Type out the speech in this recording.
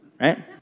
right